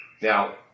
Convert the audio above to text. Now